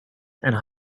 and